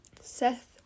Seth